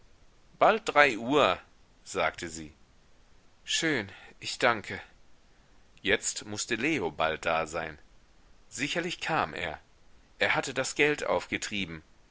bald drei uhr sagte sie schön ich danke jetzt mußte leo bald da sein sicherlich kam er er hatte das geld aufgetrieben